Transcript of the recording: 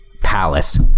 palace